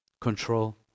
control